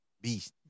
Beast